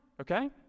okay